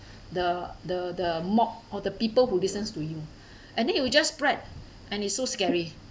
the the the mob or the people who listens to you and then it will just spread and it's so scary